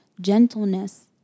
gentleness